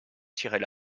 tiraient